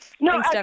No